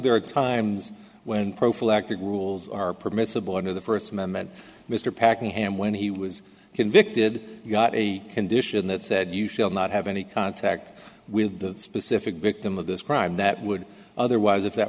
there are times when prophylactic rules are permissible under the first amendment mr packing hand and he was convicted he got a condition that said you shall not have any contact with the specific victim of this crime that would otherwise if that